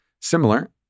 similar